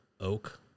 oak